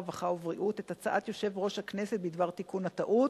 הרווחה והבריאות את הצעת יושב-ראש הכנסת בדבר תיקון הטעות.